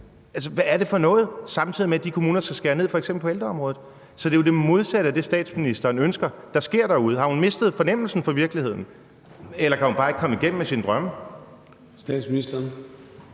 være blevet fyret, samtidig med at de kommuner skal skære ned på ældreområdet. Hvad er det for noget? Så det er jo det modsatte af det, statsministeren ønsker, der sker derude. Har hun mistet fornemmelsen for virkeligheden, eller kan hun bare ikke komme igennem med sine drømme?